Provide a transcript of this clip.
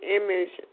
image